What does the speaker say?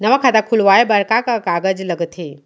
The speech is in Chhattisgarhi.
नवा खाता खुलवाए बर का का कागज लगथे?